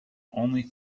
only